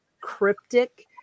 cryptic